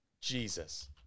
jesus